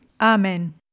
Amen